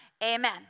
Amen